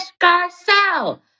Garcelle